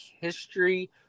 history